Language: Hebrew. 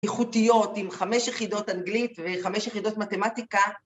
‫איכותיות עם חמש יחידות אנגלית ‫וחמש יחידות מתמטיקה.